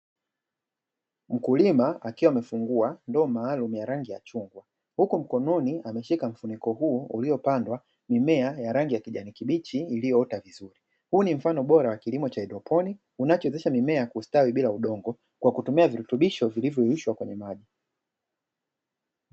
Mkulima akiwa amefungua ndoo maalumu ya rangi ya chungwa huku mkononi akiwa ameshika mfuko huu uliopandwa mimea ya rangi ya kijani kibichi iliyoota vizuri. Huu ni mfano bora wa kilimo cha haidroponi unaowezesha mimea kustawi bila kutumia udongo kwa kutumia virutubisho vilivyoyeyushwa kwenye maji.